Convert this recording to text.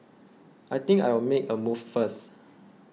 I think I'll make a move first